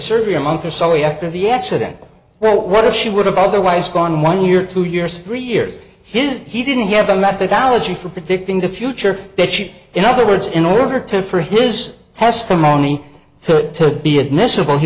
surgery a month or so after the accident well whether she would have otherwise gone one year two years three years his he didn't have a methodology for predicting the future that she in other words in order to for his testimony to be admissible he